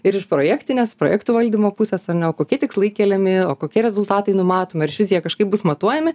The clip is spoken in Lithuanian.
ir iš projektinės projektų valdymo pusės ar ne o kokie tikslai keliami o kokie rezultatai numatomi ar išvis jie kažkaip bus matuojami